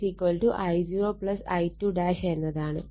I1 I0 I2 എന്നതാണ്